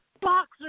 boxer